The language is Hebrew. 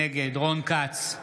נגד רון כץ,